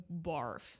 barf